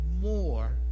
more